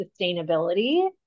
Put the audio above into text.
sustainability